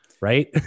Right